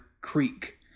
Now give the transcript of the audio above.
Creek